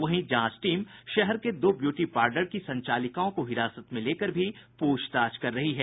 वहीं जांच टीम शहर के दो ब्यूटी पार्लर की संचालिकाओं को हिरासत में लेकर भी पूछताछ कर रही है